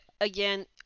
again